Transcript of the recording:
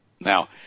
Now